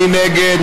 מי נגד?